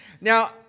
Now